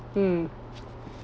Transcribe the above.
mm